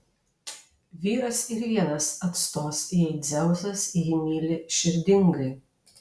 vyras ir vienas atstos jei dzeusas jį myli širdingai